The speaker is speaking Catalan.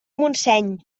montseny